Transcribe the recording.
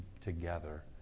together